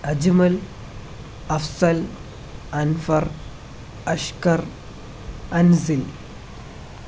Ajmal Afsal Anfar Ashkar Ansil